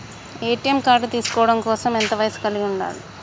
ATM card తీసుకోవడం కోసం ఎంత వయస్సు కలిగి ఉండాలి?